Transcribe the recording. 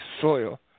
soil